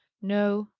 no,